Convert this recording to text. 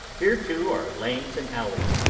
here too are lanes and alleys,